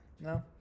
No